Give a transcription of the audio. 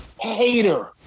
hater